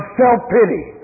self-pity